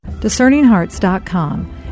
DiscerningHearts.com